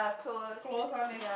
close one leh